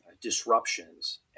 disruptions